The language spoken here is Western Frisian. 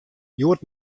hjoed